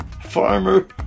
Farmer